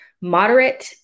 moderate